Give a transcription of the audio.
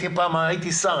פעם הייתי שר,